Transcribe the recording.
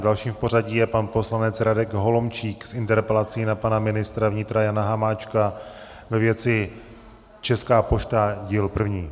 Dalším v pořadí je pan poslanec Radek Holomčík s interpelací na pana ministra vnitra Jana Hamáčka ve věci Česká pošta, díl první.